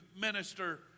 minister